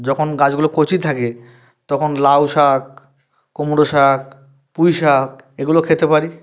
যখন গাছগুলো কচি থাকে তখন লাউ শাক কুমড়ো শাক পুঁই শাক এগুলো খেতে পারি